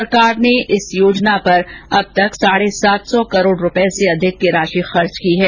सरकार ने इस योजना पर अब तक साढे सात सौ करोड़ रुपए से अधिक की राशि खर्च की है